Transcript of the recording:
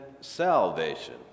salvation